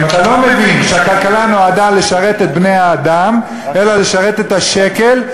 אם אתה לא מבין שהכלכלה נועדה לשרת את בני-האדם ולא לשרת את השקל,